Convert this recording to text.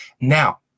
Now